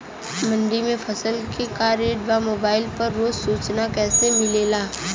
मंडी में फसल के का रेट बा मोबाइल पर रोज सूचना कैसे मिलेला?